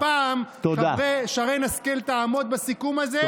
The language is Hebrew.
נראה אם הפעם שרן השכל תעמוד בסיכום הזה,